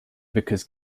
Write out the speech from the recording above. because